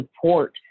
support